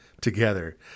together